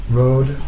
road